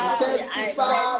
testify